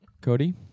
Cody